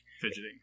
Fidgeting